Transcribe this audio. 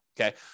okay